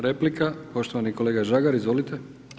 Replika, poštovani kolega Žagar, izvolite.